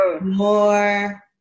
more